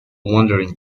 wandering